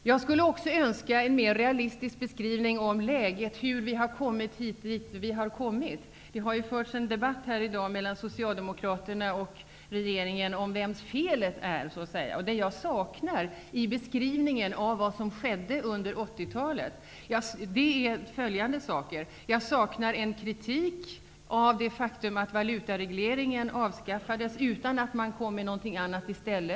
Jag skulle också önska en mera realistisk beskrivning av hur vi har kommit dit vi är. Det har förts en debatt mellan Socialdemokraterna och regeringen om vems felet är. I beskrivningen av vad som hände under 80-talet saknar jag följande. Jag saknar en kritik av det faktum att valutaregleringen avskaffades utan att man kom med något annat i stället.